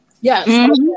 Yes